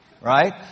Right